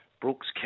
Brooks